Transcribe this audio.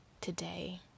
today